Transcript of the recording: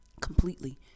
completely